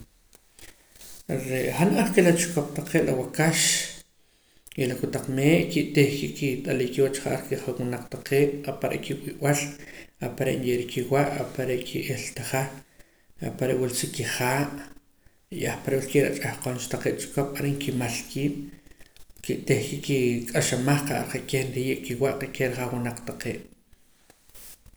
Re' han niq'ar ke la chikop taqee' la waakax y la kotaq mee' kitihka kit'alii kiwach ja'ar kijawinaq taqee' apare' kiwii'b'al apare' nye'ra kiwa' apare' ki'iiltaja apare' wula sa kihaa' y ahpare' wilkee' la ch'ahqon cha taqee' chikop are' nkimal kiib' kitihka nkik'axamaj qa' ja'ar keh nriye' kiwa' qa'keh rijawinaq taqee'